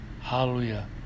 Hallelujah